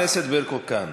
חברת הכנסת ברקו כאן.